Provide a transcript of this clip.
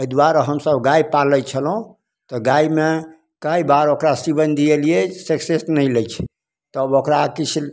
एहि दुआरे हमसब गाय पालय छलहुँ तऽ गायमे कए बार ओकरा सिमेन दियलियै सक्सेस नहि लै छै तब ओकरा किछु